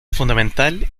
fundamental